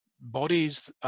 bodies